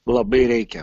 labai reikia